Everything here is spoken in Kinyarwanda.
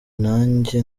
nanjye